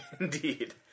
Indeed